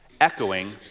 Echoing